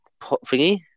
thingy